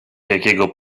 jakiego